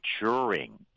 maturing